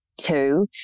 two